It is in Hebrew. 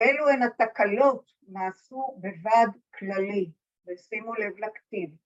‫אלו הן התקלות נעשו בוועד כללי, ‫ושימו לב לכתיב.